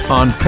on